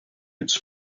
its